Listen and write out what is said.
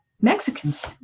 Mexicans